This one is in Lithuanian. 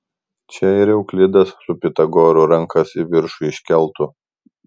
čia ir euklidas su pitagoru rankas į viršų iškeltų